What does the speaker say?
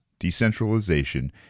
Decentralization